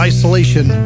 Isolation